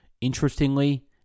Interestingly